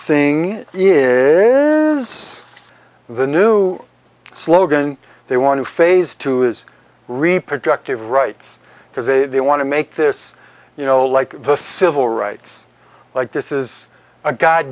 thing is the new slogan they want to phase two is reproductive rights because a they want to make this you know like the civil rights like this is a god